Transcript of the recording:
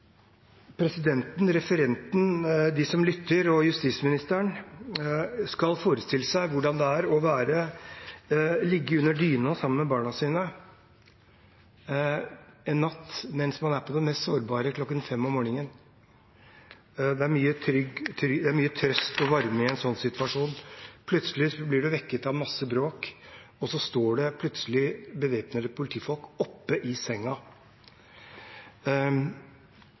som lytter, og justisministeren skal forestille seg hvordan det er å ligge under dyna sammen med barna sine en natt, mens man er på det mest sårbare, kl. 5 om morgenen. Det er mye trøst og varme i en sånn situasjon. Plutselig blir man vekket av masse bråk, og så står det plutselig bevæpnede politifolk oppi senga. Slik denne hendelsen er beskrevet i